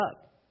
up